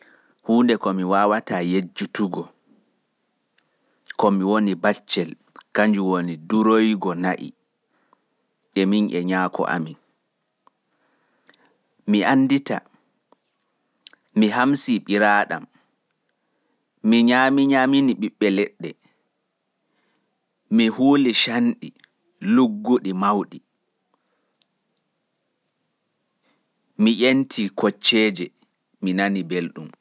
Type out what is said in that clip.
Huunde ko mi yejjitata ko mi woni baccel kanjun woni duroigo na'I e nyaako am. Mi hamsi ɓiraɗam, mi nyaami ɓiɓɓe leɗɗe, mi huuli shanɗi, mi ƴenti kocceeje. Mi nani belɗum.